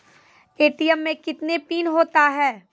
ATM मे कितने PIN होता हैं?